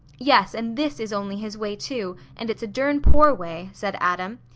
yes, and this is only his way, too, and it's a dern poor way, said adam.